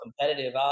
competitive